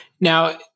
Now